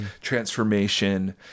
transformation